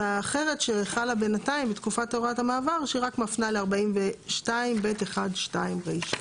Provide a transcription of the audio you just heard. והאחרת שחלה בנתיים בתקופת הוראת המעבר שרק מפנה ל-42ב(1)(2) רישה.